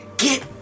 Get